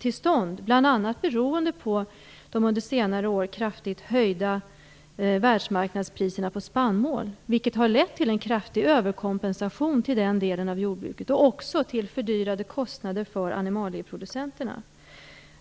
till stånd, bl.a. beroende på de under senare år kraftigt höjda världsmarknadspriserna på spannmål. Det har lett till en kraftig överkompensation till den delen av jordbruket och också till fördyrade kostnader för animalieproducenterna.